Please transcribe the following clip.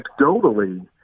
Anecdotally